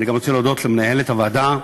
אני גם רוצה להודות למנהלת הוועדה,